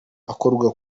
akorwa